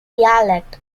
dialect